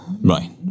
right